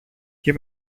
και